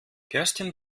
kerstin